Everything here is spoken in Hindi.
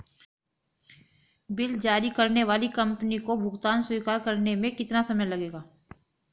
बिल जारी करने वाली कंपनी को भुगतान स्वीकार करने में कितना समय लगेगा?